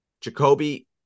Jacoby